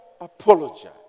apologize